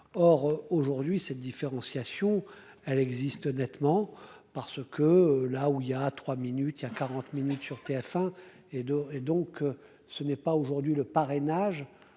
Or aujourd'hui, cette différenciation elle existe nettement parce que là où il y a 3 minutes il y a 40 minutes sur TF1 et de et donc ce n'est pas aujourd'hui le parrainage